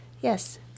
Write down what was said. Yes